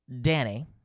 Danny